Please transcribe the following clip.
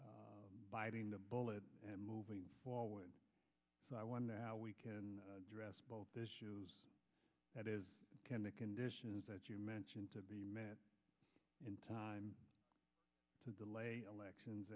biting the bullet and moving forward so i wonder how we can address both issues that is can the conditions that you mention to be met in time to delay actions